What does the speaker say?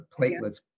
platelets